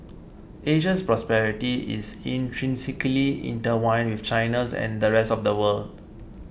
Asia's prosperity is intrinsically intertwined with China's and the rest of the world